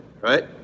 right